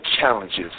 challenges